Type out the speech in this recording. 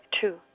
two